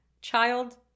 Child